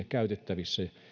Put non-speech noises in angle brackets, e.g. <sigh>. <unintelligible> käytettävissä